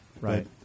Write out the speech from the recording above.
right